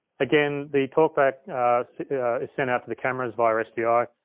again, the talkback is sent out to the cameras via sdi.